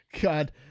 God